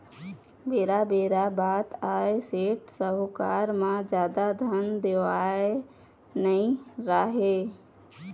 बेरा बेरा के बात आय सेठ, साहूकार म जादा धन देवइया नइ राहय